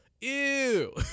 Ew